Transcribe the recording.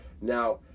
now